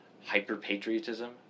hyper-patriotism